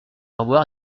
avoir